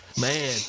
Man